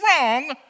wrong